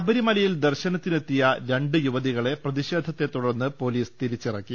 ശബരിമലയിൽ ദർശനത്തിനെത്തിയ രണ്ട് യുവതികളെ പ്രതിഷേധത്തെ തുടർന്ന് പൊലീസ് തിരിച്ചിറക്കി